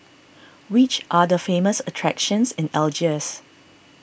which are the famous attractions in Algiers